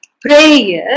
prayer